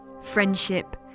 friendship